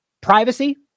Privacy